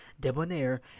Debonair